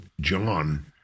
John